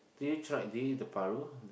did you tried did you eat the paru